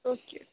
okay